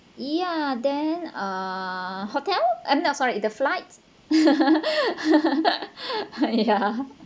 yeah then uh hotel I mean sorry the flights ya